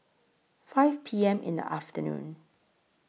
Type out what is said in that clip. five P M in The afternoon